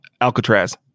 Alcatraz